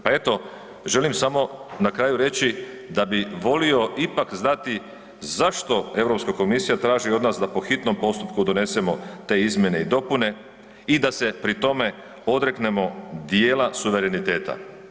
Pa eto, želim samo na kraju reći da bi volio ipak znati zašto EU komisija traži od nas da po hitnom postupku donesemo te izmjene i dopune i da se pri tome odreknemo dijela suvereniteta.